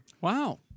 Wow